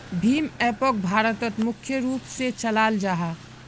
भीम एपोक भारतोत मुख्य रूप से चलाल जाहा